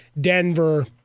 Denver